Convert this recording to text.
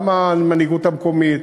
גם המנהיגות המקומית,